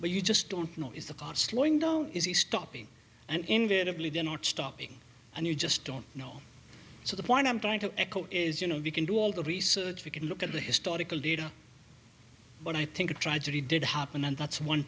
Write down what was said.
where you just don't know is the part slowing down is he stopping and invariably they're not stopping and you just don't know so the point i'm trying to echo is you know you can do all the research we can look at the historical data but i think a tragedy did happen and that's one